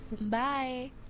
Bye